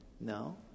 No